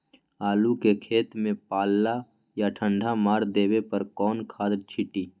आलू के खेत में पल्ला या ठंडा मार देवे पर कौन खाद छींटी?